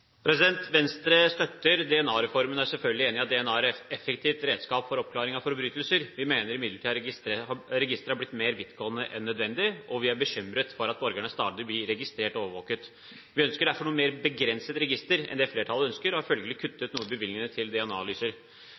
Venstre støtter DNA-reformen og er selvfølgelig enig i at DNA er et effektivt redskap for oppklaring av forbrytelser. Vi mener imidlertid at registeret har blitt mer vidtgående enn nødvendig, og vi er bekymret for at borgerne stadig blir registrert og overvåket. Vi ønsker derfor et noe mer begrenset register enn det flertallet ønsker, og har følgelig kuttet noe i bevilgningene til